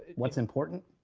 what's important?